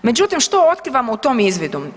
Međutim što otkrivamo u tom izvidu?